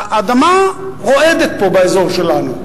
האדמה רועדת פה באזור שלנו.